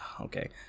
Okay